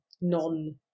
non